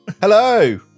hello